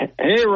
Hey